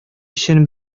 өчен